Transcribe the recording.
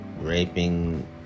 raping